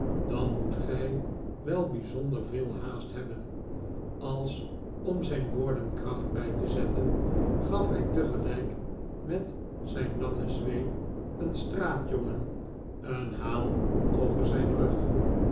dan moet gij wel bijzonder veel haast hebben als om zijn woorden kracht bij te zetten gaf hij tegelijk met zijn lange zweep een straatjongen een haal over zijn rug